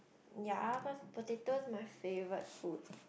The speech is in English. ya cause potato is my favourite food